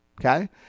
okay